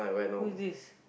who's this